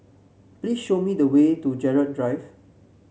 please show me the way to Gerald Drive